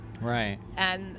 Right